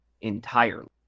entirely